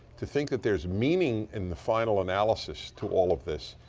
to think that there's meaning in the final analysis to all of this,